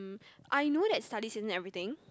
I know that studies isn't everything